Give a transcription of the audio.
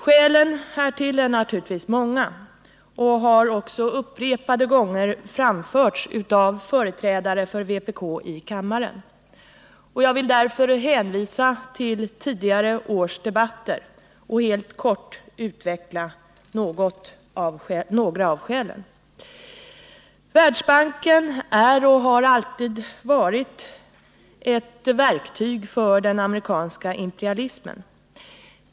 Skälen härtill är naturligtvis många och har också upprepade gånger framförts av företrädare för vpk i kammaren. Jag vill därför hänvisa till tidigare års debatter och helt kort utveckla några av skälen. Världsbanken är och har alltid varit ett verktyg för den amerikanska imperialismen.